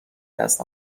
دست